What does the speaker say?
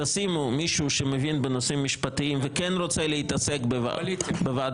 תשימו מישהו שמבין בנושאים משפטיים שכן רוצה להתעסק בזה.